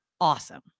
awesome